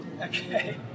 Okay